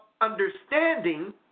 understanding